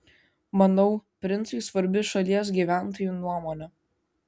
manau princui svarbi šalies gyventojų nuomonė